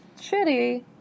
shitty